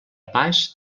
pas